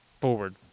forward